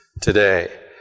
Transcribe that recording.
today